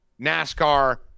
NASCAR